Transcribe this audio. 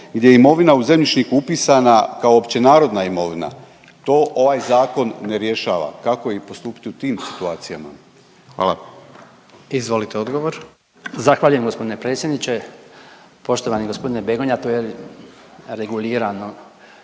gdje je imovina u zemljišnik upisana kao opće narodna imovina. To ovaj zakon ne rješava. Kako postupiti u tim situacijama. Hvala. **Jandroković, Gordan (HDZ)** Izvolite odgovor. **Bačić, Branko (HDZ)** Zahvaljujem gospodine predsjedniče. Poštovani gospodine Begonja, to je regulirano